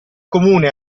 comune